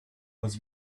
was